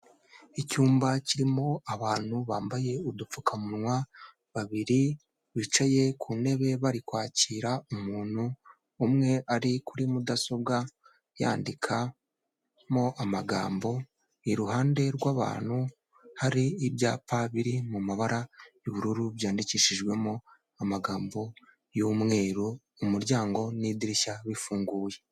Icyumba kirimo abantu bambaye udupfukamunwa babiri bicaye ku ntebe bari kwakira umuntu, umwe ari kuri mudasobwa yandikamo amagambo. Iruhande rw'abantu hari ibyapa biri mu mabara y'ubururu byandikishijwemo amagambo y'umweru, umuryango n'idirishya bifunguye.